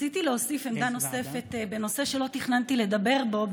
רציתי להוסיף עמדה נוספת בנושא שלא תכננתי לדבר בו,